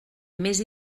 més